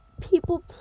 people